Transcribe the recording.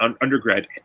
undergrad